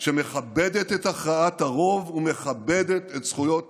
מכבדת את הכרעת הרוב ומכבדת את זכויות האדם,